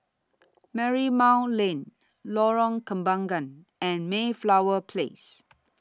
Marymount Lane Lorong Kembagan and Mayflower Place